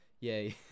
yay